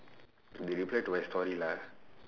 they reply to my story lah